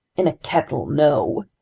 in a kettle, no,